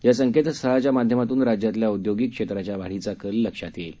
या संकेतस्थळाच्या माध्यमातून राज्यातल्या औदयोगिक क्षेत्राच्या वाढीचा कल लक्षात येईल